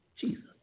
Jesus